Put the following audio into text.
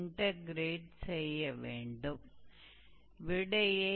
तो इस प्रकार आप आर्क की लंबाई की गणना करते हैं